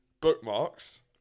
bookmarks